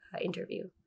interview